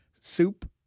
soup